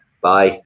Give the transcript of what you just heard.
bye